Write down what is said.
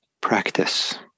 practice